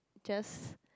just